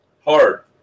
Hard